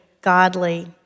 godly